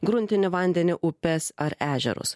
gruntinį vandenį upes ar ežerus